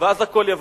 ואז הכול יבריא.